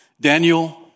Daniel